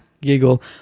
giggle